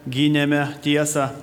gynėme tiesą